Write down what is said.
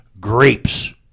grapes